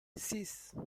six